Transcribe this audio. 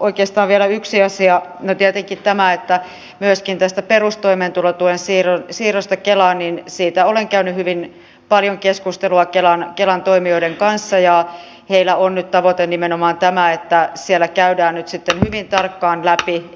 oikeastaan vielä yksi asia tietenkin tämä että myöskin tästä perustoimeentulotuen siirrosta kelaan olen käynyt hyvin paljon keskustelua kelan toimijoiden kanssa ja heillä on nyt tavoite nimenomaan tämä että siellä käydään nyt sitten hyvin tarkkaan läpi